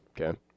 Okay